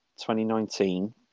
2019